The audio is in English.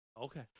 Okay